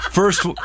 First